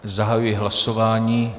Zahajuji hlasování.